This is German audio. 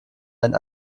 ein